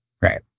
Right